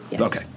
Okay